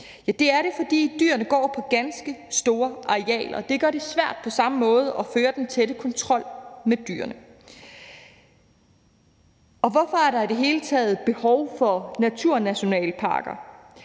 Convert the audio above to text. Det er det, fordi dyrene går på ganske store arealer. Det gør det svært at føre den tætte kontrol med dyrene på samme måde. Og hvorfor er der i det hele taget behov for naturnationalparker?